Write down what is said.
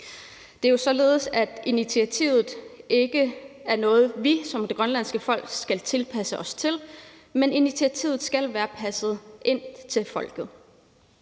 Det er jo således, at initiativet ikke er noget, vi som grønlandsk folk skal tilpasse os, men at initiativet skal være tilpasset folket.